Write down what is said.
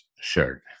shirt